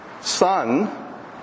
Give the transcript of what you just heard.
Son